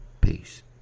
Peace